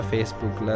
Facebook